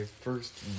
first